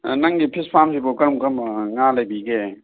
ꯅꯪꯒꯤ ꯐꯤꯁ ꯐꯥꯔꯝꯁꯤꯕꯨ ꯀꯔꯝ ꯀꯔꯝꯕ ꯉꯥ ꯂꯩꯕꯤꯒꯦ